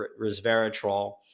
resveratrol